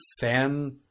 fan